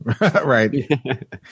Right